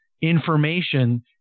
information